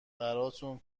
براتون